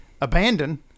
abandon